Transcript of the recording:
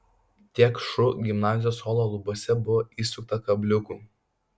tiek šu gimnazijos holo lubose buvo įsukta kabliukų